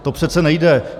To přece nejde.